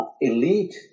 elite